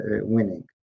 winning